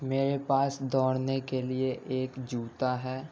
میرے پاس دوڑنے کے لیے ایک جوتا ہے